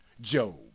Job